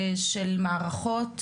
של מערכות